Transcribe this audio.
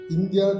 India